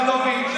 הבן של סגלוביץ'.